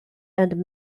and